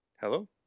Hello